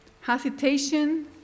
Hesitation